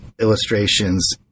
illustrations